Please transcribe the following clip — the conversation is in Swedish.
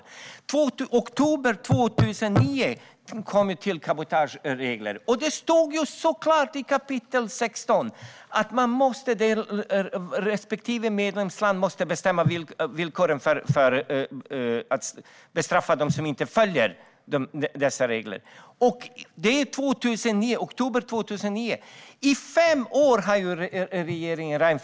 I oktober 2009 infördes cabotageregler. Det stod ju så klart i 16 kap. att respektive medlemsland måste bestämma villkoren för bestraffning av dem som inte följer dessa regler. Regeringen Reinfeldt satt vid makten i fem år utan att göra någonting.